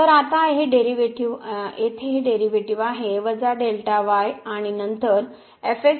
तर आता येथे हे डेरीवेटीव आहे Δy Δy आणि नंतर